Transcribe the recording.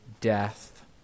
death